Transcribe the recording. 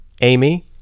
Amy